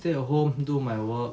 stay at home do my work